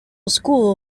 school